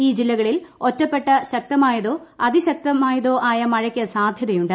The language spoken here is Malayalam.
ഇൌ ജില്ലകളിൽ ഒറ്റപ്പെട്ട ശക്തമായതോ അതിശക്തമായതോ ആയ മഴയ്ക്ക് സാധ്യതയുണ്ട്